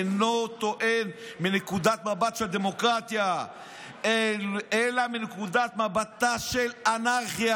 אינו טוען מנקודת מבטה של הדמוקרטיה אלא מנקודת מבטה של האנרכיה"